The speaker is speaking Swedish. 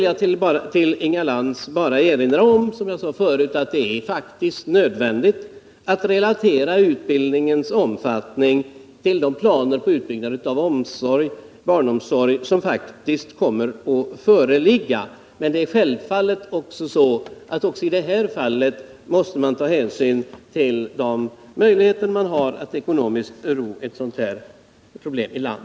Jag vill erinra Inga Lantz om att det faktiskt är nödvändigt att relatera utbildningens omfattning till de planer på utbyggnaden av barnomsorgen som kommer att föreligga. Men självfallet måste vi också i detta fall ta hänsyn till de möjligheter vi har att ekonomiskt ro planerna i land.